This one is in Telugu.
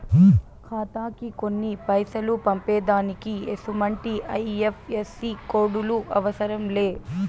ఖాతాకి కొన్ని పైసలు పంపేదానికి ఎసుమంటి ఐ.ఎఫ్.ఎస్.సి కోడులు అవసరం లే